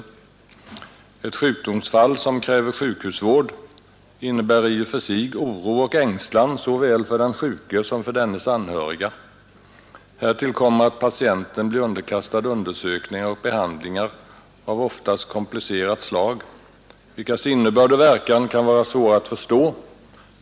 Ett sjukdomsfall, som kräver sjukhusvård, innebär i och för sig oro och ängslan såväl för den sjuke som för dennes anhöriga. Härtill kommer att patienten blir underkastad undersökningar och behandlingar av oftast komplicerat slag, vilkas innebörd och verkan kan vara svåra att förstå.